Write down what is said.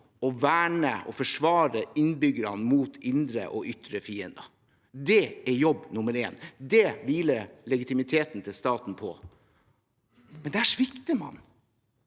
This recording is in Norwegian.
å verne og forsvare innbyggerne mot indre og ytre fiender. Det er jobb nr. én – det hviler legitimiteten til staten på. Men der svikter man.